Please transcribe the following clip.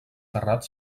terrat